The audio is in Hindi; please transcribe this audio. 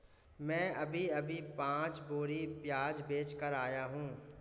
मैं अभी अभी पांच बोरी प्याज बेच कर आया हूं